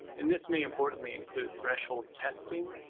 and this may importantly include threshold testing,